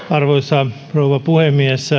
arvoisa rouva puhemies